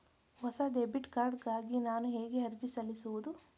ಹೊಸ debit card ಗಾಗಿ ನಾನು ಹೇಗೆ ಅರ್ಜಿ ಸಲ್ಲಿಸುವುದು?